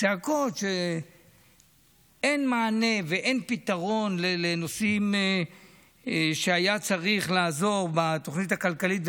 צעקות שאין מענה ואין פתרון לנושאים שהיה צריך לעזור בתוכנית הכלכלית.